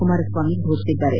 Kumaraswamy ಫೋಷಿಸಿದ್ದಾರೆ